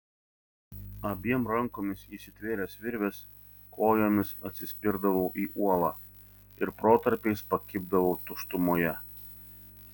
abiem rankomis įsitvėręs virvės kojomis atsispirdavau į uolą ir protarpiais pakibdavau tuštumoje